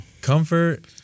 Comfort